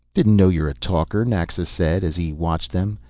didn't know y're a talker, naxa said. as he watched them,